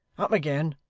up again!